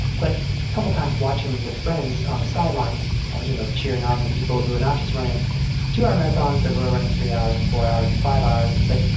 but a couple of times watching with friends on the sidelines and you know cheering on the people who are not just running two hour marathons but who are running three hours and four hours and five hours. it's like,